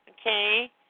okay